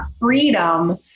freedom